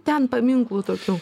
ten paminklų tokių